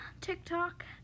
TikTok